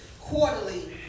quarterly